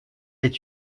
est